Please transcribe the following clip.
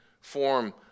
form